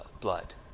blood